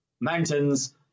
mountains